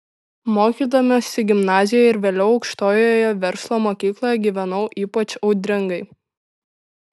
mokydamasi gimnazijoje ir vėliau aukštojoje verslo mokykloje gyvenau ypač audringai